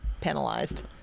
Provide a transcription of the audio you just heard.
penalized